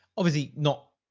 obviously not,